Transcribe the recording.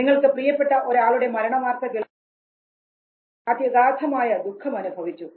നിങ്ങൾക്ക് പ്രിയപ്പെട്ട ഒരാളുടെ മരണവാർത്ത കേൾക്കുമ്പോൾ നിങ്ങൾ അത്യഗാധമായ ദുഃഖം അനുഭവിച്ചു